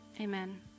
Amen